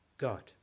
god